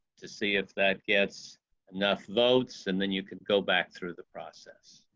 to see if that gets enough votes and then you can go back through the process.